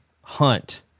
hunt